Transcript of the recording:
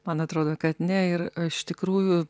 man atrodo kad ne ir iš tikrųjų